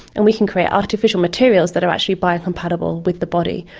and we can create artificial materials that are actually biocompatible with the body.